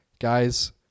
guys